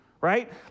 right